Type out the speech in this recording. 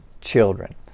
children